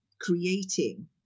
creating